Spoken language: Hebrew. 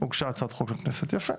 הוגשה הצעת חוק לכנסת, יפה.